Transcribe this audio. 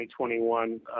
2021